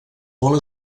molt